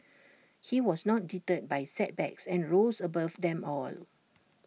he was not deterred by setbacks and rose above them all